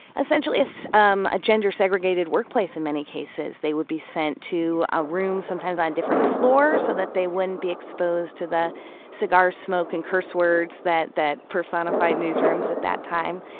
essentially, so um a gender-segregated workplace in many cases. they would be sent to ah rooms sometimes on different floors, so that they wouldn't be exposed to the cigar smoke and curse words that that personified newsrooms at that time.